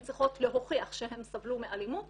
הן צריכות להוכיח שהן סבלו מאלימות